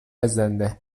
زنده